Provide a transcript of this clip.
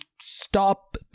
stop